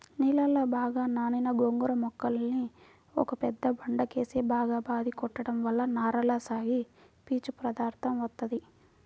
నీళ్ళలో బాగా నానిన గోంగూర మొక్కల్ని ఒక పెద్ద బండకేసి బాగా బాది కొట్టడం వల్ల నారలగా సాగి పీచు పదార్దం వత్తది